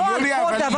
אבל זה נושא אחר.